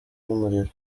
y’umuriro